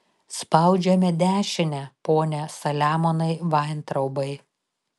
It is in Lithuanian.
spaudžiame dešinę pone saliamonai vaintraubai